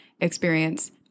experience